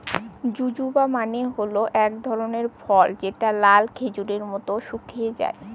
জুজুবা মানে হল এক ধরনের ফল যেটা লাল খেজুরের মত শুকিয়ে যায়